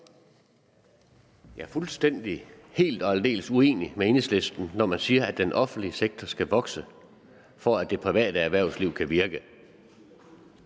Jeg er fuldstændig, helt og aldeles uenig med Enhedslisten, når man siger, at den offentlige sektor skal vokse, for at det private erhvervsliv kan virke